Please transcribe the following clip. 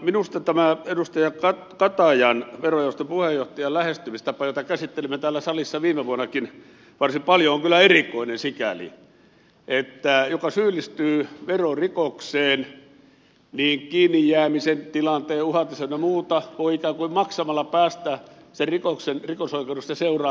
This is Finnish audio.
minusta tämä edustaja katajan verojaoston puheenjohtajan lähestymistapa jota käsittelimme täällä salissa viime vuonnakin varsin paljon on kyllä erikoinen sikäli että joka syyllistyy verorikokseen kiinni jäämisen tilanteen uhatessa ynnä muuta voi ikään kuin maksamalla päästä sen rikoksen rikosoikeudellisesta seuraamuksesta